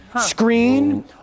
screen